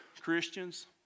Christians